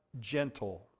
gentle